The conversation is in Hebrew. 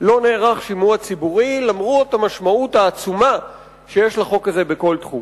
לא נערך שימוע ציבורי למרות המשמעות העצומה שיש לחוק הזה בכל תחום.